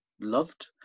loved